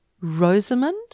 Rosamond